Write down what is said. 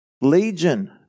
Legion